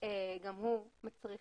גם הוא מצריך